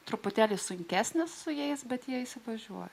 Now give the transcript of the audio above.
truputėlį sunkesnis su jais bet jie įsivažiuoja